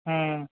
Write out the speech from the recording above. हूँ